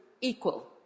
equal